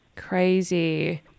crazy